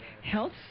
health